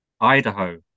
Idaho